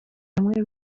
hamwe